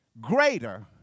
greater